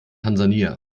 tansania